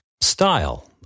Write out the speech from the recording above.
style